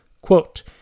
quote